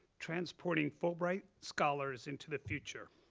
transporting fulbright scholars into the future.